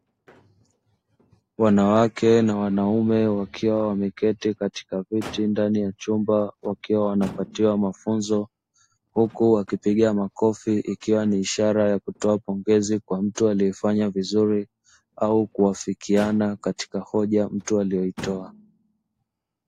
Wanawake na wanaume wakiwa wameketi katika viti ndani ya chumba wakiwa wanapatiwa mafunzo huku wakipiga makofi ikiwa ni ishara ya kutoa pongezi kwa mtu liyefanya vizuri au kuafikiana katika hoja mtu aliyoitoa.